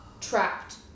trapped